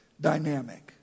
dynamic